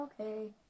okay